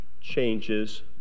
changes